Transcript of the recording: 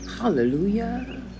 hallelujah